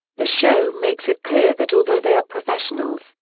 the show makes it clear that although they are professionals,